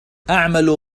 أعمل